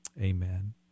Amen